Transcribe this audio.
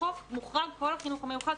ובחוק מוחרג כל החינוך המיוחד,